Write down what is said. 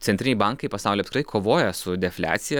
centriniai bankai pasauly apskritai kovoja su defliacija